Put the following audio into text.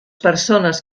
persones